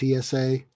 TSA